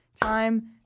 time